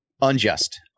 Unjust